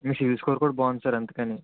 మీ savings score కూడా బాగుంది sir అందుకని